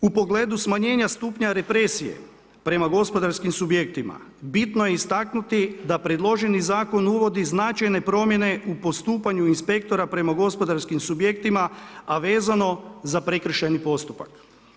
U pogledu smanjenja stupnja represije prema gospodarskim subjektima bitno je istaknuti da predloženi zakon uvodi značajne promjene u postupanju inspektora prema gospodarskim subjektima a vezano za prekršajni postupak.